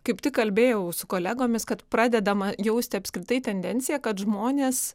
kaip tik kalbėjau su kolegomis kad pradedama jausti apskritai tendencija kad žmonės